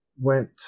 went